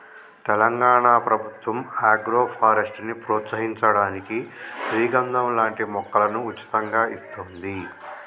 తెలంగాణ ప్రభుత్వం ఆగ్రోఫారెస్ట్ ని ప్రోత్సహించడానికి శ్రీగంధం లాంటి మొక్కలను ఉచితంగా ఇస్తోంది